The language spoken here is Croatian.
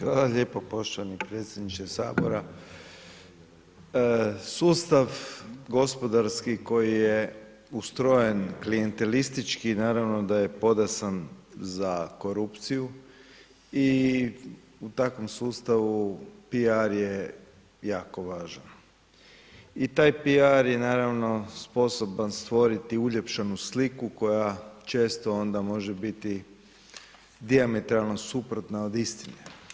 Hvala lijepo poštovani predsjedniče sabora, sustav gospodarski koji je ustrojen klijentelistički naravno da je podesan za korupciju i u takvom sustavu PR je jako važan i taj PR je naravno sposoban stvoriti uljepšanu sliku koja često onda može biti dijametralno suprotna od istine.